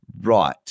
right